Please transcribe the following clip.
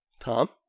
Tom